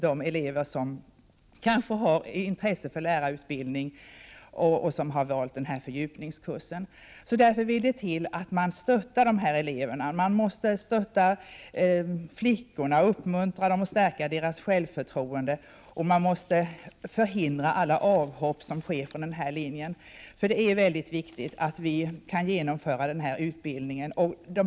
De elever som har intresse för lärarutbildning och som har valt fördjupningskursen har kanske låga betyg. Därför vill det till att man stöttar dessa elever. Man måste stötta flickorna, uppmuntra dem och stärka deras självförtroende, och man måste förhindra alla avhopp som sker från denna linje. Det är nämligen mycket viktigt att denna utbildning kan genomföras.